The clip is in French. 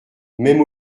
même